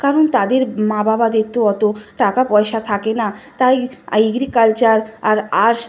কারণ তাদের মা বাবাদের তো অত টাকা পয়সা থাকে না তাই আ এগ্রিকালচার আর আর্টস